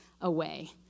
away